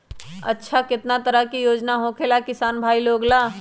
अच्छा कितना तरह के योजना होखेला किसान भाई लोग ला?